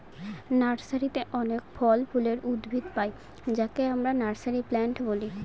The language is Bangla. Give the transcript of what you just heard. নার্সারিতে অনেক ফল ফুলের উদ্ভিদ পাই যাকে আমরা নার্সারি প্লান্ট বলি